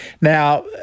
Now